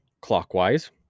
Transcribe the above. clockwise